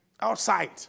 outside